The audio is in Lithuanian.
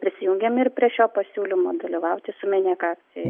prisijungėm ir prie šio pasiūlymo dalyvauti sumenėk akcijoj